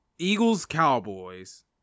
Eagles-Cowboys